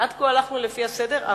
עד כה הלכנו לפי הסדר.